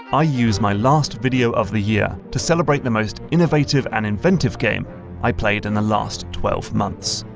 i use my last video of the year to celebrate the most innovative and inventive game i played in the last twelve months.